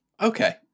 Okay